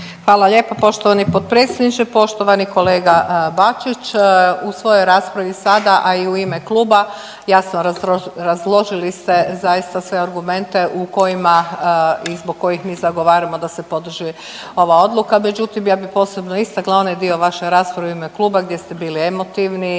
Hvala lijepo poštovani potpredsjedniče, poštovani kolega Bačić. U svojoj raspravi sada, a i u ime kluba, razložili ste zaista sve argumente u kojima i zbog kojih mi zagovaramo da se podrži ova Odluka, međutim, ja bih posebno istakla onaj dio vaše rasprave u ime kluba gdje ste bili emotivni